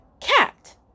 cat